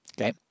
okay